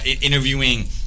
interviewing